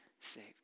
saved